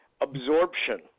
absorption